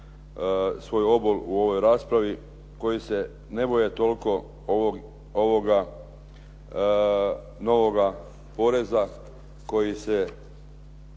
svoj obol u ovoj raspravi, koji se ne boje toliko ovoga novoga poreza, koji se